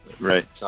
Right